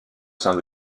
sein